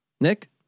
Nick